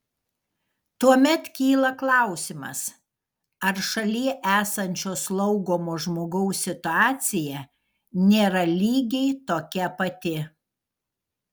tuomet kyla klausimas ar šalie esančio slaugomo žmogaus situacija nėra lygiai tokia pati